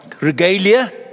regalia